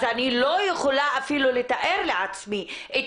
אז אני לא יכולה אפילו לתאר לעצמי את